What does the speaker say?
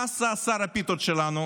מה עשה שר הפיתות שלנו?